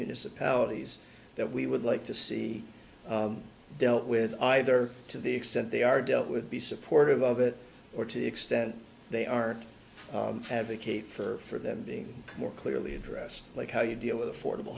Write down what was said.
municipalities that we would like to see dealt with either to the extent they are dealt with be supportive of it or to the extent they are advocates for them being more clearly addressed like how you deal with affordable